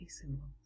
symbols